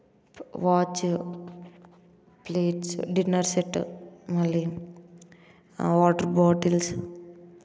watch plates dinner set మళ్ళీ water bottles